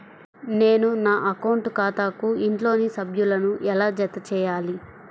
నేను నా అకౌంట్ ఖాతాకు ఇంట్లోని సభ్యులను ఎలా జతచేయాలి?